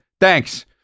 thanks